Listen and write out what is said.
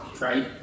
right